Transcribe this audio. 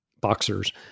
boxers